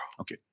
Okay